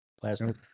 plastic